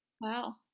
Wow